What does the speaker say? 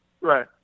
Right